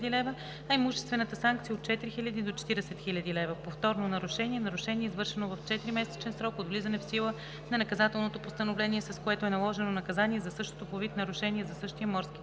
лв., а имуществената санкция е от 4000 до 40 000 лв. Повторно нарушение е нарушение, извършено в 4-месечен срок от влизането в сила на наказателното постановление, с което е наложено наказание за същото по вид нарушение за същия морски